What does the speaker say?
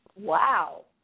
Wow